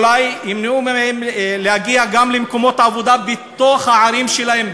אולי ימנעו מהם להגיע גם למקומות העבודה בתוך הערים שלהם,